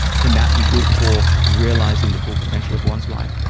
can that be good for realising the full potential of one's life?